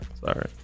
Sorry